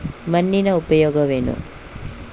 ಮಣ್ಣಿನ ಉಪಯೋಗವೇನು?